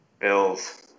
Bills